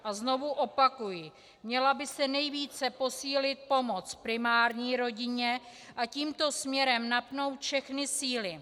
A znovu opakuji, měla by se nejvíce posílit pomoc primární rodině a tímto směrem napnout všechny síly.